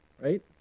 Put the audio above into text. right